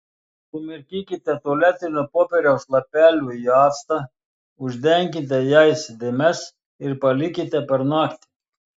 sumirkykite tualetinio popieriaus lapelių į actą uždenkite jais dėmes ir palikite per naktį